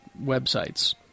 websites